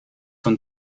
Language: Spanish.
son